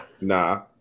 nah